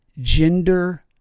gender